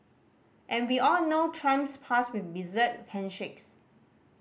and we all know Trump's past with bizarre handshakes